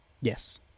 yes